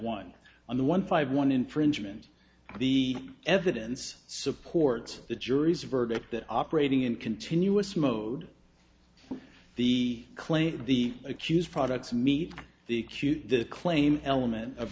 one on the one five one infringement the evidence supports the jury's verdict that operating in continuous mode the claim the accused products meet the acute the claim element of